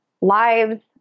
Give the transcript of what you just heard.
lives